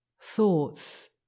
thoughts